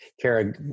Kara